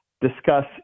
discuss